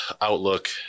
outlook